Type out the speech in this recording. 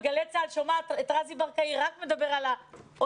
בגלי צה"ל שומעת את רזי ברקאי רק מדבר על אותם